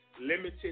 limited